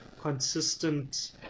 consistent